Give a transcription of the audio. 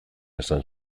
esan